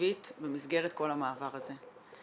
תקציבית במסגרת כל המעבר הזה.